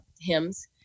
hymns